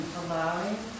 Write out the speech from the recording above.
allowing